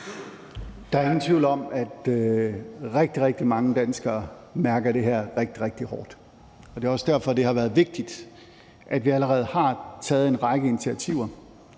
Der er ingen tvivl om, at rigtig, rigtig mange danskere mærker det her rigtig, rigtig hårdt. Det er også derfor, det er vigtigt, at vi allerede har taget en række initiativer.